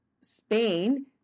spain